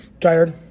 Tired